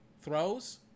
throws